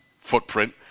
footprint